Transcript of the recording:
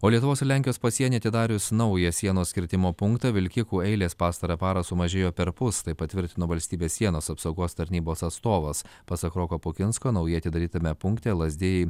o lietuvos ir lenkijos pasieny atidarius naują sienos kirtimo punktą vilkikų eilės pastarąją parą sumažėjo perpus tai patvirtino valstybės sienos apsaugos tarnybos atstovas pasak roko pukinsko naujai atidarytame punkte lazdijai